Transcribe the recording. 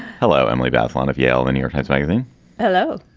hello. emily barth one of yale and here that's wyoming hello.